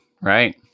Right